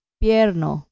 pierno